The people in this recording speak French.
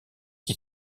qui